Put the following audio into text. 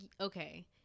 okay